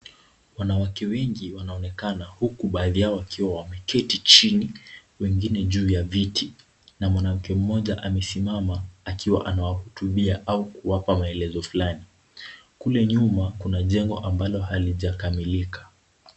Wanawake wengi wanaonekana huku baadhi yao wameketi chini, wengine juu ya viti, na mwanamke mmoja amesimama akiwa anawahutubia au kuwapa maelezo fulani. Kule nyuma, kuna jengo ambalo halijakamilika.